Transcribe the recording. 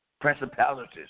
principalities